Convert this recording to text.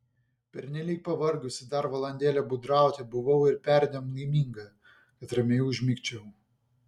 pernelyg pavargusi dar valandėlę būdrauti buvau ir perdėm laiminga kad ramiai užmigčiau